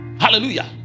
hallelujah